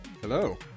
hello